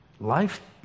Life